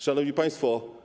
Szanowni Państwo!